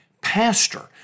pastor